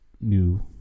new